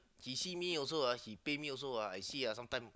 he see me also ah he pay me also ah I see ah sometime